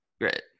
Great